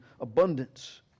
abundance